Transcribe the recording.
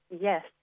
Yes